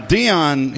Dion